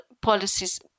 policies